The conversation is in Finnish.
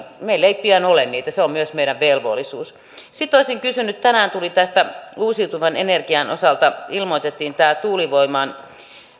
meillä ei pian ole norsut leijonat se on myös meidän velvollisuutemme sitten olisin kysynyt tänään uusiutuvan energian osalta ilmoitettiin tämä tuulivoiman